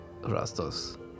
Rastos